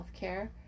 healthcare